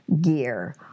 gear